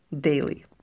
daily